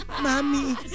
Mommy